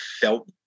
felt